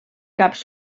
caps